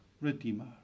Redeemer